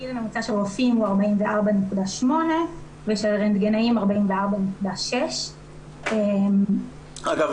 הגיל הממוצע של רופאים הוא 44.8 ושל רנטגנאים 44.6. אגב,